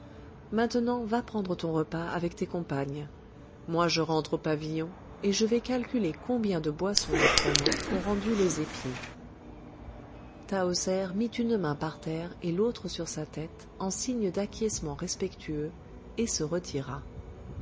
maintenant va prendre ton repas avec tes compagnes moi je rentre au pavillon et je vais calculer combien de boisseaux de froment ont rendus les épis tahoser mit une main par terre et l'autre sur sa tête en signe d'acquiescement respectueux et se retira